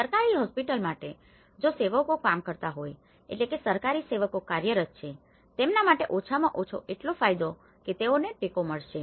સરકારી હોસ્પિટલ માટે જો સેવકો કામ કરતા હોય એટલે કે જે સરકારી સેવકો કાર્યરત છે તેમના માટે ઓછામાં ઓછો એટલો ફાયદો છે કે તેઓને ટેકો મળશે